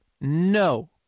No